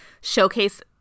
showcase